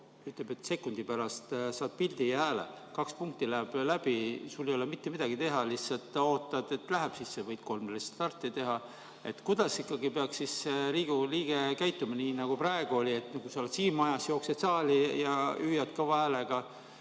ütleb, et sekundi pärast saad pildi ja hääle. Kaks punkti läheb läbi, sul ei ole mitte midagi teha, lihtsalt ootad, et läheb sisse. Võid [kas või] kolm restarti teha. Kuidas ikkagi peaks Riigikogu liige käituma? Kas nii, nagu praegu oli, et kui sa oled siin majas, siis jooksed saali ja hüüad kõva häälega?